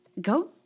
Go